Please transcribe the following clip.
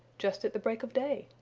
just at the break of day,